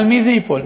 על מי זה ייפול?